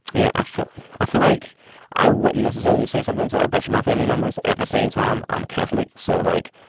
yeah. i feel i feel like i wouldn't necessarily say something to a bunch of my family members. at the same time, i'm catholic. so like,